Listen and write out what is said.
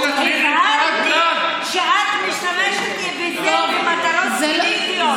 הזהרתי שאת משתמשת בזה למטרות פוליטיות.